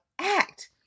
act